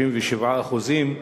37% בעבירות,